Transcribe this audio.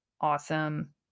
awesome